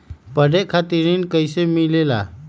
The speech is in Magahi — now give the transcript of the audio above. पढे खातीर ऋण कईसे मिले ला?